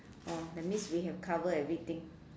orh that means we have covered everything